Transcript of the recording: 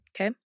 Okay